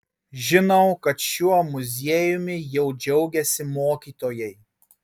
žinau kad šiuo muziejumi jau džiaugiasi mokytojai